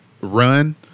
run